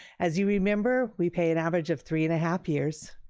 as you remember, we pay an average of three and a half years,